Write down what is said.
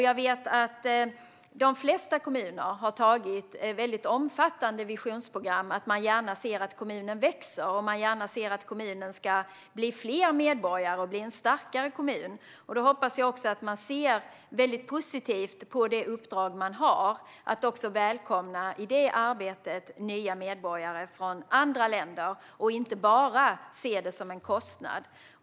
Jag vet att de flesta kommuner har antagit omfattande visionsprogram där man gärna ser att kommunen växer och att man blir en starkare kommun om det blir fler medborgare. Jag hoppas att man ser positivt på det uppdrag man har att också i det arbetet välkomna nya medborgare från andra länder och inte bara ser det som en kostnad.